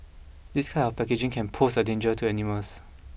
this kind of packaging can pose a danger to animals